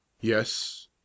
yes